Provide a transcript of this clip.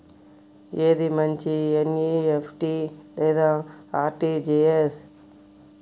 ఏది మంచి ఎన్.ఈ.ఎఫ్.టీ లేదా అర్.టీ.జీ.ఎస్?